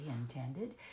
intended